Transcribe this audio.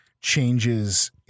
changes